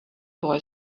boy